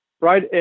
right